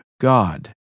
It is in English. God